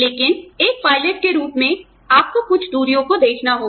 लेकिन एक पायलट के रूप में आपको कुछ दूरियों को देखना होगा